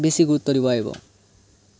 বেছি গুৰুত্ব দিব লাগিব